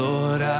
Lord